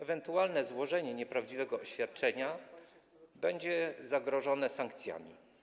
Ewentualne złożenie nieprawdziwego oświadczenia będzie grozić sankcjami.